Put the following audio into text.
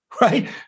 right